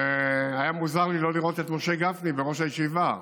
והיה מוזר לי לא לראות את משה גפני בראש הישיבה,